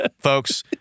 folks